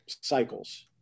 cycles